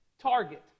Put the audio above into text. Target